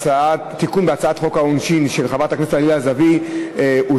את הצעת חוק העונשין (תיקון, בעילה אסורה